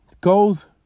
goals